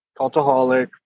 Cultaholic